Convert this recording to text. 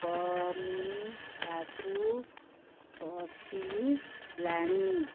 କମିବାକୁ ବସିଲାଣି